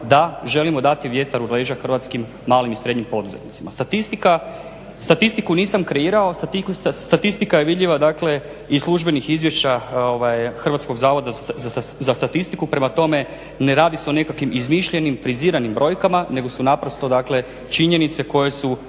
Da, želimo dati vjetar u leđa hrvatskim malim i srednjim poduzetnicima. Statistiku nisam kreirao, statistika je vidljiva iz službenih izvješća Hrvatskog zavoda za statistiku, prema tome ne radi se o nekakvim izmišljenim friziranim brojkama nego su naprosto činjenice koje su